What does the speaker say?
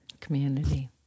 Community